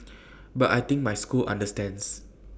but I think my school understands